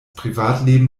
privatleben